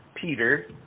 Peter